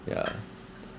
ya